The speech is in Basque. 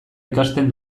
ikasten